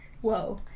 Whoa